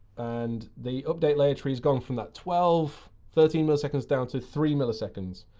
and the update layer tree's gone from that twelve, thirteen milliseconds down to three milliseconds.